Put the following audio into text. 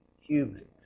human